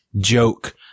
joke